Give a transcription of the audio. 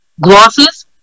glosses